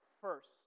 first